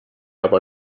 aber